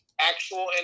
actual